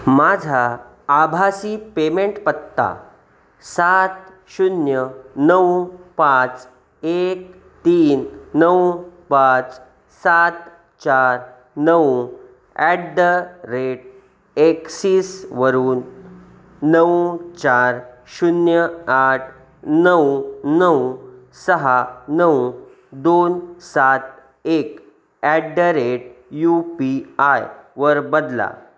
माझा आभासी पेमेंट पत्ता सात शून्य नऊ पाच एक तीन नऊ पाच सात चार नऊ ॲट द रेट एक्सिसवरून नऊ चार शून्य आठ नऊ नऊ सहा नऊ दोन सात एक at the rate U P I वर बदला